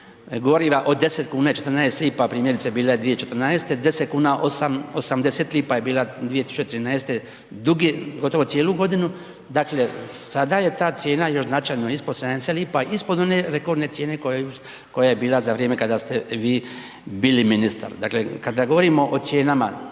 goriva od 10 kn i 14 lipa, primjerice bila je 2014., 10 kn 80 lipa je je bila 2013. dugi, gotovo cijelu godinu, dakle, sada je ta cijena još značajno ispod 70 lipa, ispod one rekordne cijene koja je bila za vrijeme kada ste vi bili ministar. Dakle, kada govorimo o cijenama